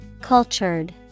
Cultured